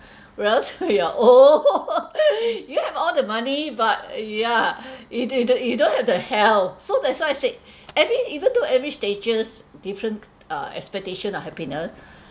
whereas when you're old you have all the money but yeah you don't you don't you don't have the health so that's why I said every even though every stage different uh expectation of happiness